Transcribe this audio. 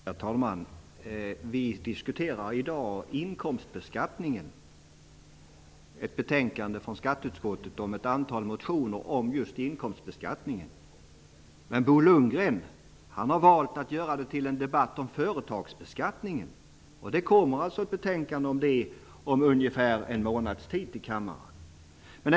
Herr talman! Vi diskuterar i dag inkomstbeskattningen. Det aktuella betänkandet från skatteutskottet behandlar ett antal motioner om inkomstbeskattningen. Bo Lundgren har valt att i stället föra en debatt om företagsbeskattningen. Ett betänkande i det ämnet kommer att föreläggas kammaren om drygt en månad.